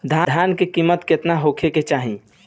धान के किमत केतना होखे चाही?